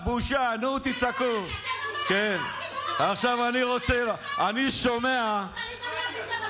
דבר שני, אני קורא אותך לסדר